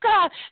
God